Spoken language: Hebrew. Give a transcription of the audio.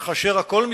וכאשר הכול מתמוטט,